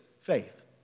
faith